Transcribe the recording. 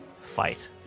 fight